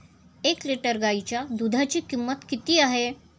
एक लिटर गाईच्या दुधाची किंमत किती आहे?